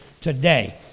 today